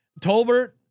Tolbert